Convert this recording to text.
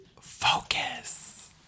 Focus